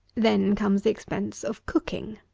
then comes the expense of cooking.